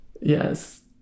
Yes